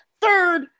third